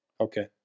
Okay